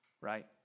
right